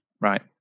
Right